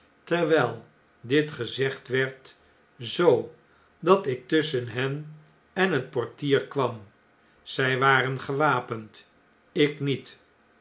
terwjjl dit gezegd werd zoo dat ik tusschen hen en het portier kwam zjj waren gewapend ik niet